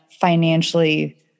financially